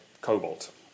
Cobalt